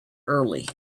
early